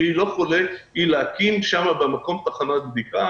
לא חולה היא להקים שם במקום תחנת בדיקה.